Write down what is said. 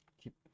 keep